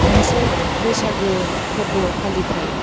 मोनसे बैसागो फोरबो फालिथाइ